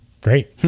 Great